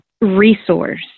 resource